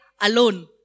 alone